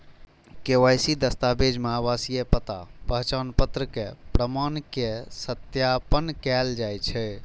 KYC दस्तावेज मे आवासीय पता, पहचान पत्र के प्रमाण के सत्यापन कैल जाइ छै